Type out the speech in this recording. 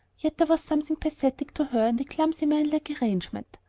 yet there was something pathetic to her in the clumsy, man-like arrangement.